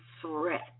threat